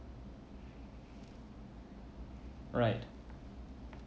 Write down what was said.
right